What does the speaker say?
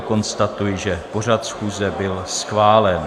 Konstatuji, že pořad schůze byl schválen.